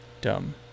dumb